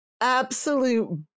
absolute